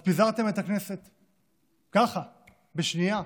אז פיזרתם את הכנסת ככה, בשנייה.